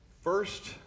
first